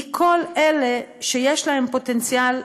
מכל אלה שיש להם פוטנציאל,